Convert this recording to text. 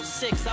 six